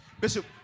Bishop